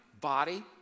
body